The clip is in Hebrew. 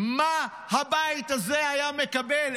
מה הבית הזה היה מקבל?